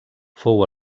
fou